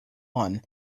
one